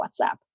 WhatsApp